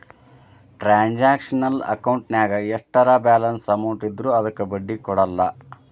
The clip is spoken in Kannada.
ಟ್ರಾನ್ಸಾಕ್ಷನಲ್ ಅಕೌಂಟಿನ್ಯಾಗ ಎಷ್ಟರ ಬ್ಯಾಲೆನ್ಸ್ ಅಮೌಂಟ್ ಇದ್ರೂ ಅದಕ್ಕ ಬಡ್ಡಿ ಕೊಡಲ್ಲ